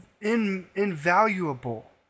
invaluable